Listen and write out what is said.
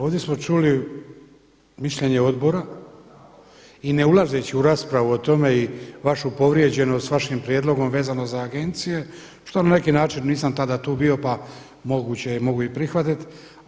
Ovdje smo čuli mišljenje odbora i ne ulazeći u raspravu o tome i vašu povrijeđenost s vašim prijedlogom vezano za agencije što na neki način nisam tada tu bio pa moguće je mogu i prihvatiti.